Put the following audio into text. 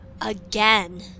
Again